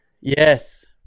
yes